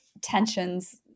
tensions